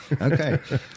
Okay